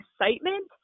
excitement